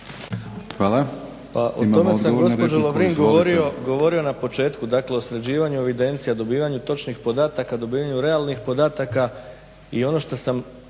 Hvala.